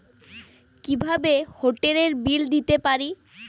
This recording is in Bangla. কিভাবে হোটেলের বিল দিতে পারি?